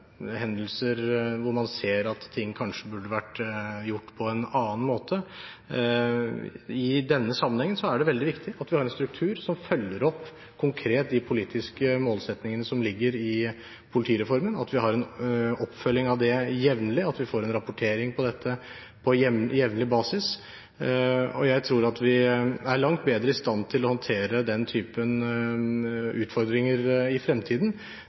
hendelser hvor man ser at ting kanskje burde vært gjort på en annen måte. I denne sammenhengen er det veldig viktig at vi har en struktur som konkret følger opp de politiske målsettingene som ligger i politireformen, at vi har en oppfølging av dette jevnlig, og at vi får en rapportering om dette på jevnlig basis. Jeg tror at vi er langt bedre i stand til å håndtere den typen utfordringer i fremtiden